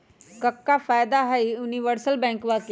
क्का फायदा हई यूनिवर्सल बैंकवा के?